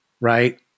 Right